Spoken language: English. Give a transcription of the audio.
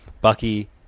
Bucky